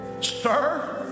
sir